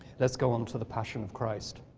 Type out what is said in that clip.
let's go on to the passion of christ.